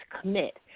commit